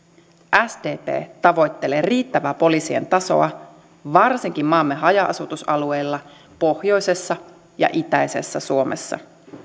sdp tavoittelee riittävää poliisien tasoa varsinkin maamme haja asutusalueilla pohjoisessa ja itäisessä suomessa